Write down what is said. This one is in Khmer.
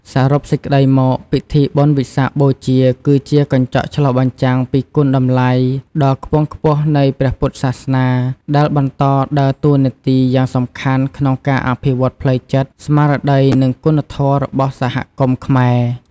សរុបសេចក្ដីមក ពិធីបុណ្យវិសាខបូជាគឺជាកញ្ចក់ឆ្លុះបញ្ចាំងពីគុណតម្លៃដ៏ខ្ពង់ខ្ពស់នៃព្រះពុទ្ធសាសនា ដែលបន្តដើរតួនាទីយ៉ាងសំខាន់ក្នុងការអភិវឌ្ឍផ្លូវចិត្ត ស្មារតី និងគុណធម៌របស់សហគមន៍ខ្មែរ។